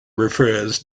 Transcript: refers